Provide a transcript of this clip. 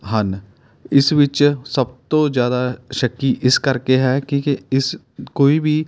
ਹਨ ਇਸ ਵਿੱਚ ਸਭ ਤੋਂ ਜ਼ਿਆਦਾ ਸ਼ੱਕੀ ਇਸ ਕਰਕੇ ਹੈ ਕਿਉਂਕਿ ਇਸ ਕੋਈ ਵੀ